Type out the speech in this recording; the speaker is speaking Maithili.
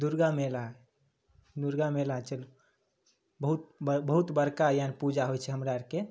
दुरगा मेला दुरगा मेला चलू बहुत बहुत बड़का पूजा होइ छै हमरा आरके